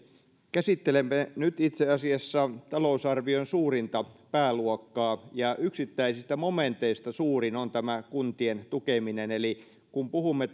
käsittelemme nyt itse asiassa talousarvion suurinta pääluokkaa ja yksittäisistä momenteista suurin on tämä kuntien tukeminen eli kun puhumme